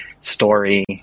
story